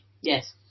Yes